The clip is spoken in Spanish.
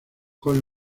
con